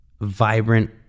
vibrant